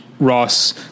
Ross